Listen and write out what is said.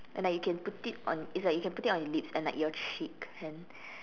and then you can put it on it's like you can put on your lips and like your cheeks and